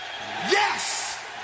Yes